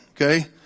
okay